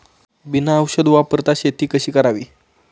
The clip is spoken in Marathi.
बिना औषध वापरता शेती कशी करावी?